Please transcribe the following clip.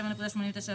הצבעה